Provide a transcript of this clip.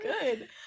good